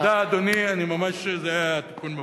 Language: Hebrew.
תודה, אדוני, אני ממש, זה היה תיקון במקום.